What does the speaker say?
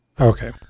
okay